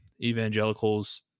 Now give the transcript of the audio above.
evangelicals